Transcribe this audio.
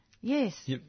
Yes